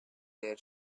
their